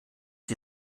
sie